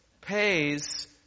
pays